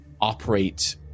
operate